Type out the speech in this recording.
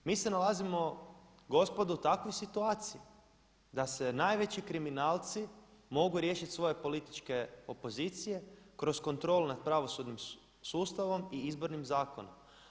Mi se nalazimo gospodo u takvoj situaciji da se najveći kriminalci mogu riješiti svoje političke opozicije kroz kontrolu nad pravosudnim sustavom i izbornim zakonom.